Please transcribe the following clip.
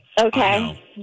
Okay